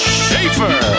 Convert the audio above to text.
Schaefer